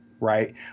Right